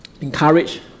encourage